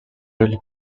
really